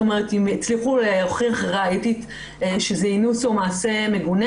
כלומר אם הצליחו להוכיח ראייתית שזה אינוס או מעשה מגונה.